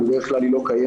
בדרך כלל היא לא קיימת,